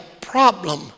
problem